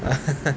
ah